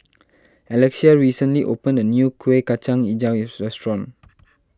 Alexia recently opened a new Kueh Kacang HiJau restaurant